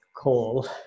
call